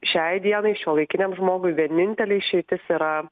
šiai dienai šiuolaikiniam žmogui vienintelė išeitis yra